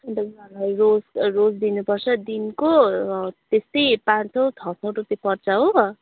अन्त उनीहरूलाई रोज रोज दिनुपर्छ दिनको त्यस्तै पाँच सौ छ सौ रुपियाँ पर्छ हो